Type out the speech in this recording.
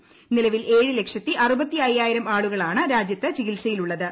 പ്രസ്സിൽപിൽ ഏഴ് ലക്ഷത്തി അറുപത്തി അയ്യായിരം ആളുക്കളാണ് രാജ്യത്ത് ചികിത്സയിലുള്ളത്